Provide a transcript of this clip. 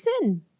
sin